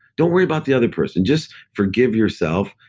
don't worry about the other person just forgive yourself.